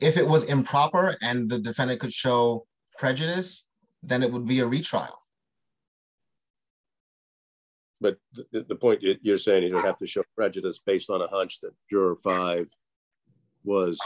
if it was improper and the defendant could show prejudice then it would be a retrial but the point you're saying you don't have to show prejudice based on a hunch that you're far was